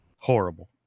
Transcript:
Horrible